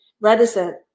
reticent